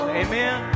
amen